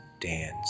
dance